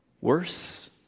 Worse